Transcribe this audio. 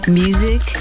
music